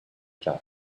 jug